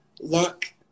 luck